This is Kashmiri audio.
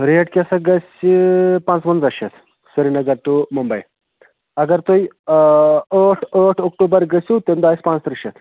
ریٹ کیٛاہ سا گژھِ پانٛژٕوَنٛزاہ شتھ سرینَگر ٹُہ ممبے اَگر تُہۍ ٲٹھ ٲٹھ اکٹوٗبر گٔژھِو تَمہِ دۄہ آسہِ پانٛژتٕرٛہ شتھ